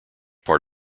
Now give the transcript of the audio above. part